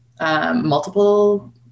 multiple